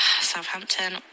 Southampton